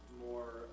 more